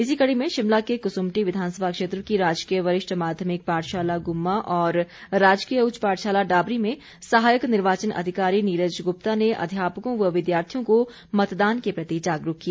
इसी कड़ी में शिमला के कसुम्पटी विधानसभा क्षेत्र की राजकीय वरिष्ठ माध्यमिक पाठशाला ग्रम्मा और राजकीय उच्च पाठशाला डाबरी में सहायक निर्वाचन अधिकारी नीरज गुप्ता ने अध्यापकों व विद्यार्थियों को मतदान के प्रति जागरूक किया